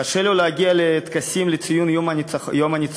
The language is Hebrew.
קשה לו להגיע לטקסים לציון יום הניצחון,